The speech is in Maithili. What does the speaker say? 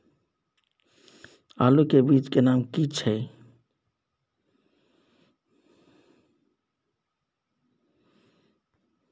आलू के बीज के नाम की छै?